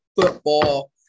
football